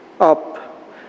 up